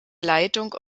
leitung